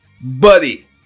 buddy